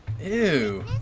Ew